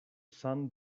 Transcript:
son